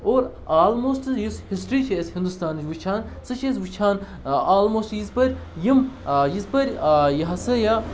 اور آلموسٹ یُس ہِسٹرٛی چھِ اَسہِ ہِندوستانٕچ وٕچھان سُہ چھِ أسۍ وٕچھان آلموسٹ یٔژِ پھٔر یِم یِژ پھٔر یہِ ہَسا یہِ